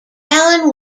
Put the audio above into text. allan